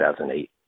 2008